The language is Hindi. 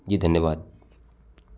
जी धन्यवाद